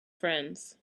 friends